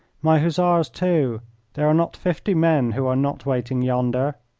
my hussars, too there are not fifty men who are not waiting yonder.